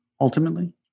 ultimately